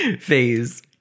phase